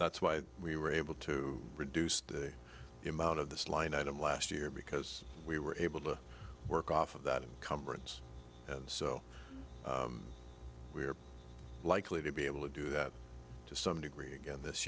that's why we were able to reduce the amount of this line item last year because we were able to work off of that in congress so we're likely to be able to do that to some degree again this